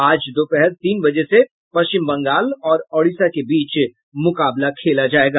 आज दोपहर तीन बजे से पश्चिम बंगाल और ओडिशा के बीच मुकाबला खेला जायेगा